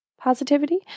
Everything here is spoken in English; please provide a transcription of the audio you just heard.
positivity